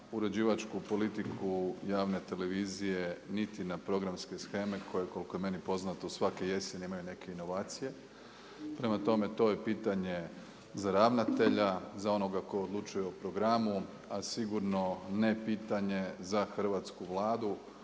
uređivačku politiku javne televizije, niti na programske sheme koje koliko je meni poznato svake jeseni imaju neke inovacije. Prema tome, to je pitanje za ravnatelja, za onoga tko odlučuje o programu, a sigurno ne pitanje za hrvatsku Vladu